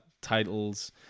titles